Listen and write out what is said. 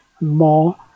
more